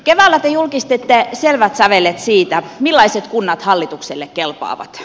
keväällä te julkistitte selvät sävelet siitä millaiset kunnat hallitukselle kelpaavat